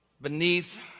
beneath